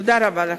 תודה רבה לכם.